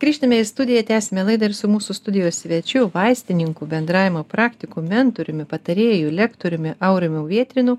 grįžtame į studiją tęsiame laidą ir su mūsų studijos svečiu vaistininku bendravimo praktiku mentoriumi patarėju lektoriumi aurimu vėtrinu